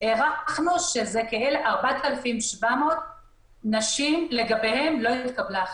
הערכנו שזה כ-4,700 נשים שלגביהן לא התקבלה החלטה.